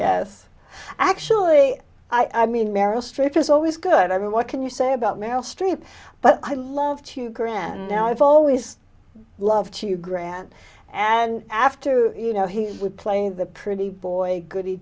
yes actually i mean meryl streep is always good i mean what can you say about meryl streep but i love to grand i've always loved to grant and after you know he would play the pretty boy good